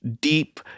deep